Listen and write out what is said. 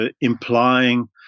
implying